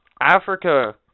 Africa